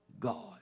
God